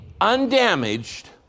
undamaged